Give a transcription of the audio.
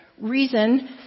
reason